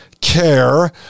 Care